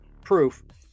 proof